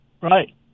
Right